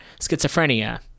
schizophrenia